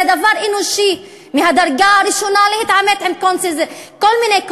זה דבר אנושי מהדרגה הראשונה להתעמת עם כל מיני,